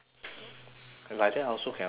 like that also can open the door